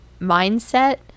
mindset